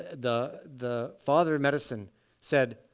the the father of medicine said,